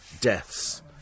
Deaths